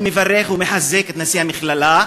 אני מברך ומחזק את נשיא המכללה,